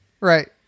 Right